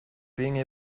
being